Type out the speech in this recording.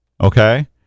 Okay